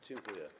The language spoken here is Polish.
Dziękuję.